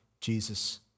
Jesus